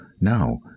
Now